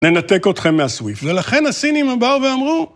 ‫ננתק אתכם מהסוויפט ‫-ולכן הסינים באו ואמרו...